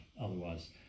otherwise